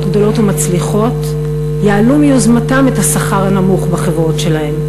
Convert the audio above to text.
גדולות ומצליחות יעלו מיוזמתם את השכר הנמוך בחברות שלהם,